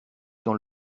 dans